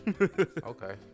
Okay